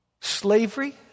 Slavery